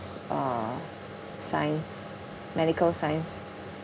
uh science medical science